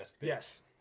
Yes